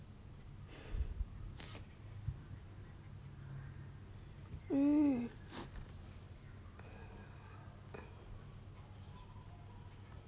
mm